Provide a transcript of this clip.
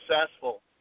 successful